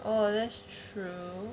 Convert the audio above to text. oh that's true